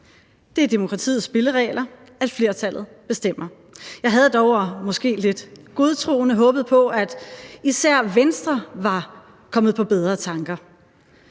Det er demokratiets spilleregler, at flertallet bestemmer. Jeg havde dog, måske lidt godtroende, håbet på, at især Venstre var kommet på bedre tanker,